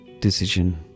decision